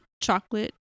chocolate